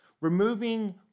Removing